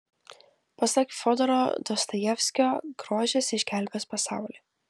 pasak fiodoro dostojevskio grožis išgelbės pasaulį